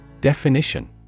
Definition